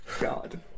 God